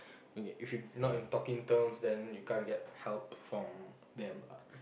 if you not on talking terms then you can't get help from them ah